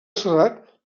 serrat